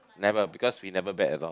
never because we never bet at all